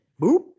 Boop